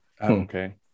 okay